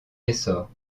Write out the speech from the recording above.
essor